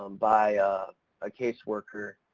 um by a, a caseworker,